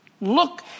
Look